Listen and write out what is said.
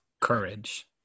courage